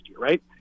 right